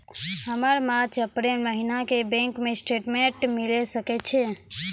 हमर मार्च अप्रैल महीना के बैंक स्टेटमेंट मिले सकय छै?